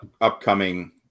upcoming